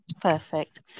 perfect